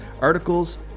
articles